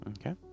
Okay